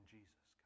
Jesus